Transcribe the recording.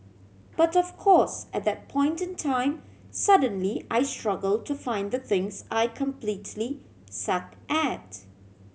but of course at that point in time suddenly I struggle to find the things I completely suck at